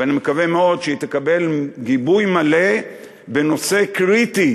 ואני מקווה מאוד שהיא תקבל גיבוי מלא בנושא קריטי